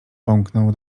pomknął